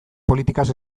politikaz